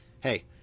hey